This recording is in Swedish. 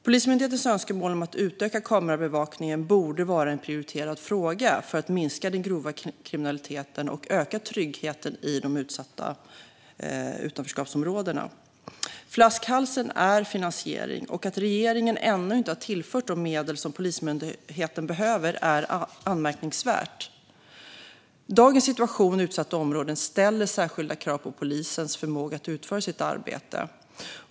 Polismyndighetens önskemål om att utöka kamerabevakningen borde vara en prioriterad fråga för att minska den grova kriminaliteten och öka tryggheten i de utsatta utanförskapsområdena. Flaskhalsen är finansiering. Att regeringen ännu inte har tillfört de medel som Polismyndigheten behöver är anmärkningsvärt. Dagens situation i utsatta områden ställer särskilda krav på polisens förmåga att utföra sitt arbete.